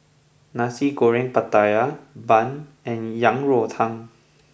Nasi Goreng Pattaya Bun and Yang Rou Tang